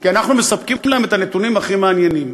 כי אנחנו מספקים להם את הנתונים הכי מעניינים.